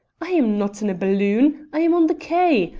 i am not in a balloon. i am on the quay.